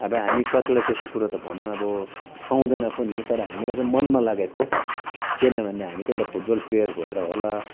अब हामी कतिवटा त्यस्तो कुरो त भन्नु अब सुहाउँदैन पनि तर हामीलाई चाहिँ मनमा लागेको किन भन्दा चाहिँ हामी चाहिँ एउटा फुटबल प्लेयर भएर होला